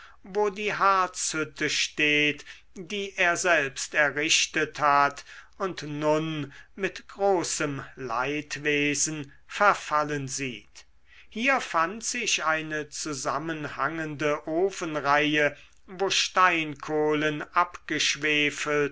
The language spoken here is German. wo die harzhütte steht die er selbst errichtet hat und nun mit großem leidwesen verfallen sieht hier fand sich eine zusammenhangende ofenreihe wo steinkohlen